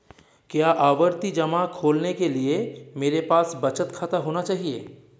क्या आवर्ती जमा खोलने के लिए मेरे पास बचत खाता होना चाहिए?